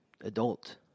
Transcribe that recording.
adult